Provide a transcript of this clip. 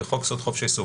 וחוק-יסוד: חופש העיסוק".